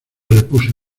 repuse